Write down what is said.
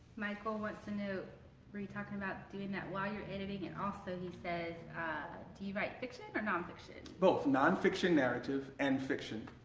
michael wants to know were you talking about doing that while you're editing and also he says do you write fiction or non-fiction? both! non-fiction narrative and fiction.